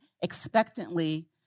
expectantly